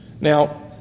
Now